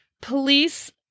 police